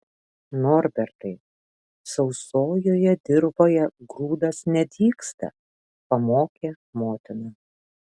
norbertai sausojoje dirvoje grūdas nedygsta pamokė motina